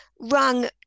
rung